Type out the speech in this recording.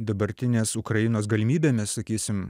dabartinės ukrainos galimybėmis sakysim